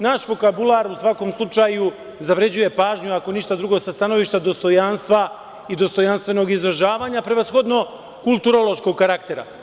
Naš vokabular, u svakom slučaju, zavređuje pažnju, ako ništa drugo onda sa stanovišta dostojanstva i dostojanstvenog izražavanja, prevashodno kulturološkog karaktera.